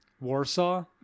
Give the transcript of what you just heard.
warsaw